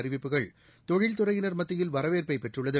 அறிவிப்புகள் தொழில்துறையினர் மத்தியில் வரவேற்பை பெற்றுள்ளது